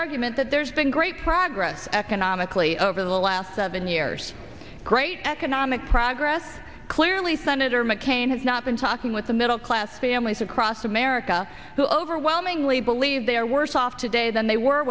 argument that there's been great progress economically over the last seven years great economic progress clearly senator mccain has not been talking with the middle class families across america who overwhelmingly believe they are worse off today than they were